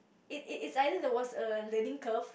it it's either there was a learning curve